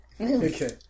Okay